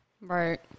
Right